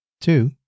Two